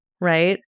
right